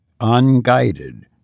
unguided